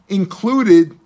included